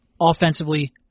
offensively